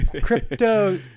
crypto